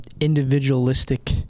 individualistic